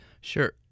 Sure